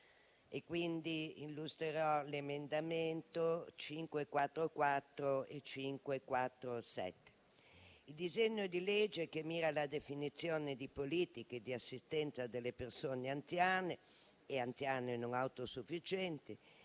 illustrerò gli emendamenti 5.44 e 5.47. Il disegno di legge che mira alla definizione di politiche di assistenza alle persone anziane non autosufficienti